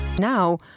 now